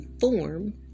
form